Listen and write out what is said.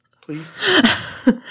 Please